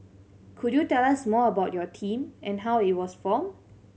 could you tell us more about your team and how it was formed